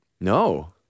No